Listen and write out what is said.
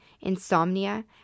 insomnia